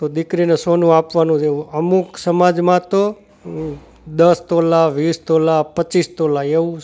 તો દીકરીને સોનું આપવાનું રહેવું અમુક સમાજમાં તો દસ તોલા વીસ તોલા પચીસ તોલા એવું